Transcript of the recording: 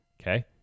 Okay